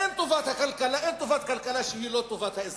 אין טובת כלכלה שהיא לא טובת האזרחים.